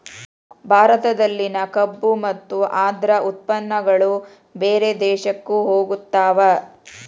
ಭಾರತದಲ್ಲಿನ ಕಬ್ಬು ಮತ್ತ ಅದ್ರ ಉತ್ಪನ್ನಗಳು ಬೇರೆ ದೇಶಕ್ಕು ಹೊಗತಾವ